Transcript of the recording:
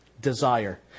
desire